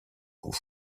coup